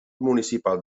municipal